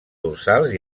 dorsals